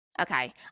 Okay